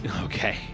Okay